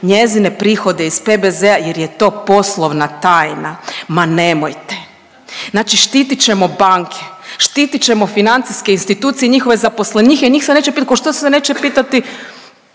njezine prihode iz PBZ-a jer je to poslovna tajna. Ma nemojte! Znači, štitit ćemo banke, štitit ćemo financijske institucije i njihove zaposlenike i njih se neće pitat, košto se neće pitati